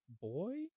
Boy